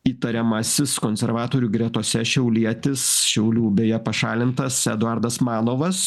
įtariamasis konservatorių gretose šiaulietis šiaulių beje pašalintas eduardas manovas